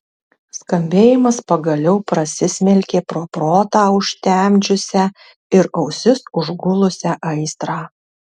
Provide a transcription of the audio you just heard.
skambėjimas pagaliau prasismelkė pro protą užtemdžiusią ir ausis užgulusią aistrą